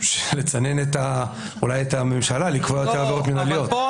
לצנן את הממשלה מלקבוע עבירות מינהליות.